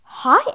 Hi